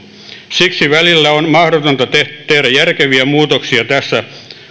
siksi välillä on mahdotonta tehdä järkeviä muutoksia tässä